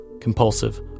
compulsive